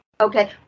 okay